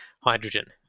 hydrogen